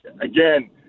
Again